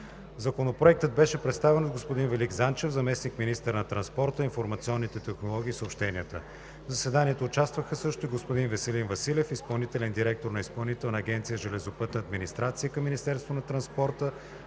Законопроектът беше представен от господин Велик Занчев – заместник-министър на транспорта, информационните технологии и съобщенията. В заседанието участваха също и господин Веселин Василев – изпълнителен директор на Изпълнителна агенция „Железопътна администрация“ към Министерство на транспорта,